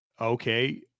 Okay